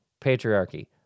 patriarchy